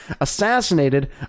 assassinated